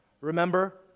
Remember